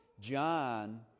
John